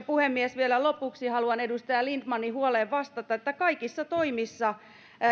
puhemies vielä lopuksi haluan edustaja lindtmanin huoleen vastata että kaikissa toimissa